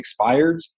expireds